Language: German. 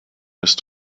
ist